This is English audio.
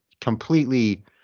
completely